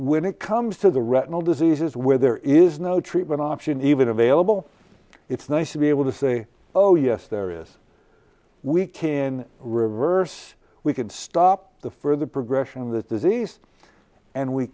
when it comes to the retinal diseases where there is no treatment option even available it's nice to be able to say oh yes there is we can reverse we could stop the further progression of the disease and we